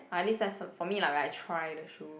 ah at least that's for for me lah like when I try the shoe